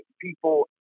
people